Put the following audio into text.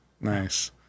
Nice